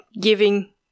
giving